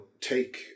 take